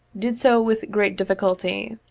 did so with great difficulty.